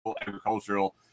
agricultural